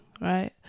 right